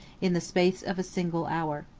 in the space of a single hour.